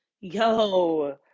yo